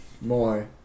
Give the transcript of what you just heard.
more